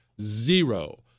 Zero